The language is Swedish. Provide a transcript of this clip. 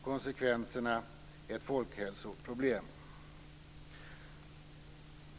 Konsekvenserna: Ett folkhälsoproblem.